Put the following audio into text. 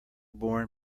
born